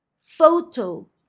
Photo